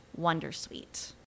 wondersuite